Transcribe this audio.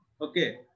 Okay